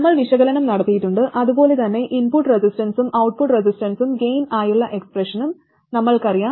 നമ്മൾ വിശകലനം നടത്തിയിട്ടുണ്ട് അതുപോലെ തന്നെ ഇൻപുട്ട് റെസിസ്റ്റൻസും ഔട്ട്പുട്ട് റെസിസ്റ്റൻസും ഗൈൻ ആയുളള എക്സ്പ്രഷനും നമ്മൾക്കറിയാം